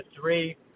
three